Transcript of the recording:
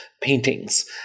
paintings